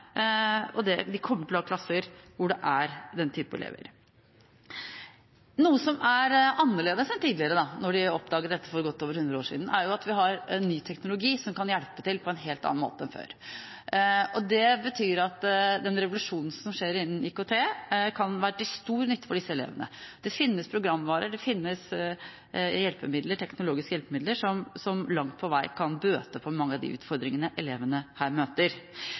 er den type elever. Noe som er annerledes nå enn da de oppdaget dette for godt over hundre år siden, er at vi har en ny teknologi som kan hjelpe til på en helt annen måte enn før. Den revolusjonen som skjer innen IKT, kan være til stor nytte for disse elevene. Det finnes programvarer, det finnes teknologiske hjelpemidler som langt på vei kan bøte på mange av de utfordringene elevene her møter.